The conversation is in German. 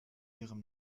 ihrem